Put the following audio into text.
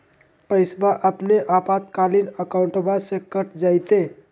पैस्वा अपने आपातकालीन अकाउंटबा से कट जयते?